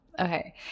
Okay